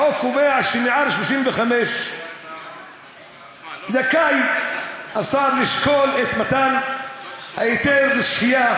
החוק קובע שמעל גיל 35 זכאי השר לשקול את מתן ההיתר לשהייה.